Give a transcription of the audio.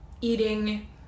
eating